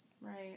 Right